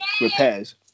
repairs